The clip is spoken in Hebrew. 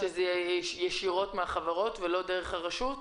שזה יהיה ישירות מהחברות ולא דרך הרשות?